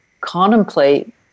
contemplate